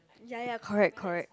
ya ya correct correct